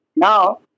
Now